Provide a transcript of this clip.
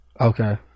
Okay